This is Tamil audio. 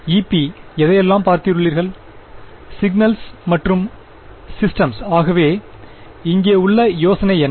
இ பி எதையெலாம் பார்துள்ளீர்கள் சிக்னல்ஸ் மற்றும் சிஸ்டம்ஸ் ஆகவே இங்கே உள்ள யோசனை என்ன